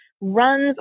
runs